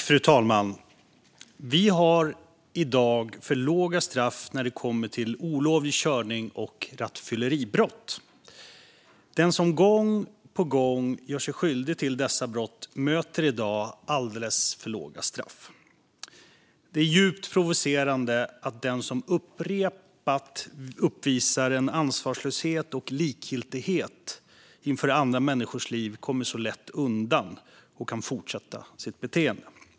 Fru talman! Vi har i dag för låga straff när det kommer till olovlig körning och rattfylleribrott. Den som gång på gång gör sig skyldig till dessa brott möter i dag alldeles för låga straff. Det är djupt provocerande att den som upprepat uppvisar en ansvarslöshet och likgiltighet inför andra människors liv kommer så lätt undan och kan fortsätta med sitt beteende.